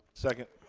second.